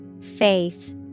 Faith